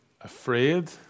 afraid